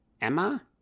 Emma